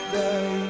day